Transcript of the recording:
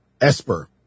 Esper